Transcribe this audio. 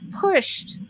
pushed